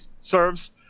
serves